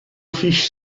fish